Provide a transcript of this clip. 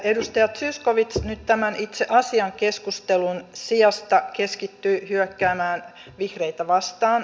edustaja zyskowicz nyt tämän itse asiasta keskustelun sijasta keskittyy hyökkäämään vihreitä vastaan